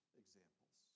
examples